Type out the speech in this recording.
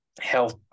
health